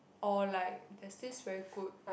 or like there's this very good